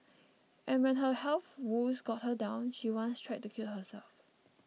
and when her health woes got her down she once tried to kill herself